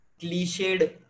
cliched